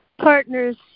partner's